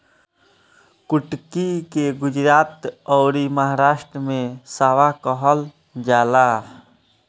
कुटकी के गुजरात अउरी महाराष्ट्र में सांवा कहल जाला